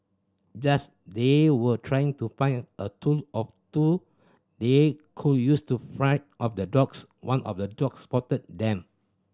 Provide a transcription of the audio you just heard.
just they were trying to find a tool or two they could use to fend off the dogs one of the dogs spotted them